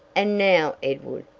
and now, edward,